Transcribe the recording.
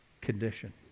condition